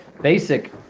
basic